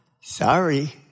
sorry